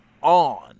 on